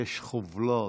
יש חובלות,